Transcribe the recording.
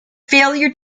failure